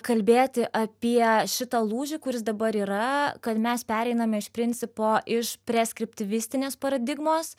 kalbėti apie šitą lūžį kuris dabar yra kad mes pereiname iš principo iš preskriptivistinės paradigmos